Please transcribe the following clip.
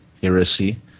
heresy